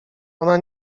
ona